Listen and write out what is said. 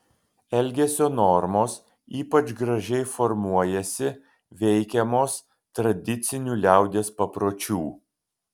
elgesio normos ypač gražiai formuojasi veikiamos tradicinių liaudies papročių